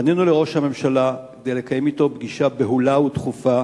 פנינו לראש הממשלה כדי לקיים אתו פגישה בהולה ודחופה,